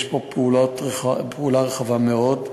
יש פעולה רחבה מאוד,